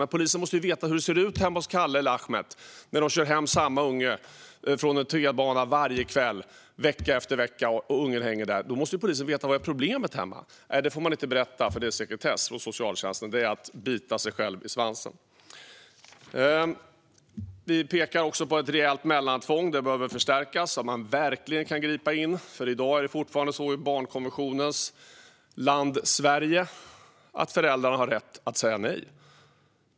Men polisen måste veta hur det ser ut hemma hos Kalle eller Ahmed när de kör hem samma unge från någon tunnelbanestation varje kväll vecka efter vecka när ungen hänger där. Då måste polisen veta vad som är problemet hemma. Men det får man inte berätta på grund av att det är sekretess hos socialtjänsten. Det är att bita sig själv i svansen. Vi pekar också på att ett reellt mellantvång behöver förstärkas, så att man verkligen kan gripa in. I dag är det fortfarande så i barnkonventionens land Sverige att föräldrarna har rätt att säga nej.